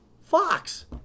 Fox